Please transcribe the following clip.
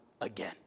again